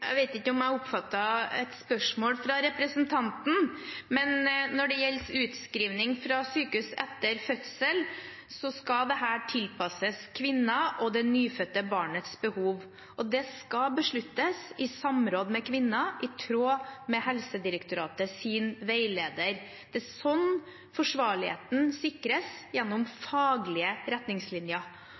Jeg vet ikke om jeg oppfattet et spørsmål fra representanten, men når det gjelder utskriving fra sykehus etter fødsel, skal dette tilpasses kvinnens og det nyfødte barnets behov, og det skal besluttes i samråd med kvinnen, i tråd med Helsedirektoratets veileder. Det er sånn forsvarligheten sikres, gjennom faglige retningslinjer.